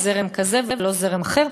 זרם כזה ולא זרם אחר,